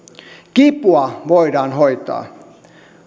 kipua voidaan hoitaa